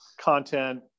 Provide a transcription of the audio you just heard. content